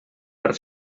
per